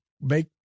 make